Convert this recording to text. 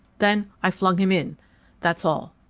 then i flung him in that's all.